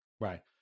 right